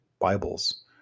Bibles